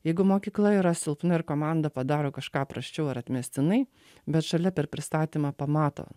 jeigu mokykla yra silpna ir komanda padaro kažką prasčiau ar atmestinai bet šalia per pristatymą pamato